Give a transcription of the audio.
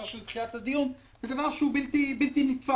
של דחיית הדיון זה משהו בלתי נתפס.